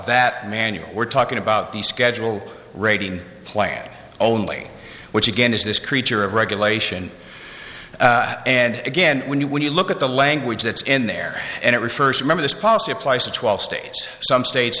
manual we're talking about the schedule rating plan only which again is this creature of regulation and again when you when you look at the language that's in there and it refers remember this policy applies to twelve states some states